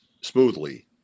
smoothly